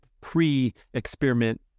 pre-experiment